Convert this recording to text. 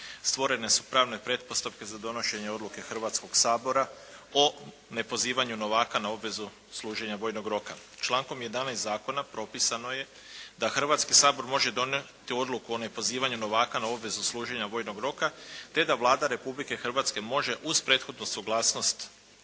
stvorene su pravne pretpostavke za donošenje odluke Hrvatskog sabora o nepozivanju novaka na obvezu služenja vojnog roka. Člankom 11. zakona propisano je da Hrvatski sabor može donijeti odluku o nepozivanju novaka na obvezu služenja vojnog roka te da Vlada Republike Hrvatske može uz prethodnu suglasnost